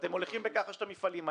ואתם מוליכים בכחש את המפעלים האלה.